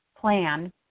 plan